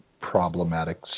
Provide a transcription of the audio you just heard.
problematic